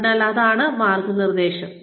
അതിനാൽ അതാണ് മാർഗനിർദേശം